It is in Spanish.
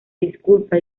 disculpa